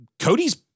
Cody's